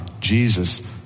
Jesus